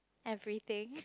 everything